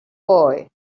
boy